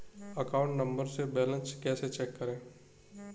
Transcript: Account number से balance कैसे check करें?